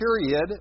period